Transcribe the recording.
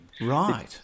Right